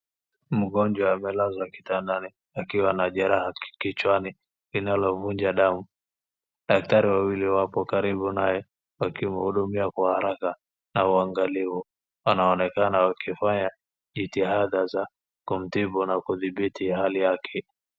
Mgonjwa amelazwa kitandani akiwa na jeraha kichwani linalovunja damu. Daktari wawili wapo karibu naye wakimuhudumia kwa haraka uangalifu. Wanaonekana wakifanya jitihadha za kumtibu na kudhibiti hali yake.